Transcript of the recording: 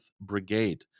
Brigade